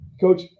Coach